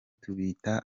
tubita